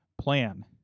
plan